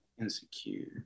Insecure